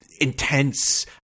intense